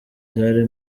zari